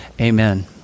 amen